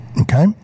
okay